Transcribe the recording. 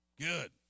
Good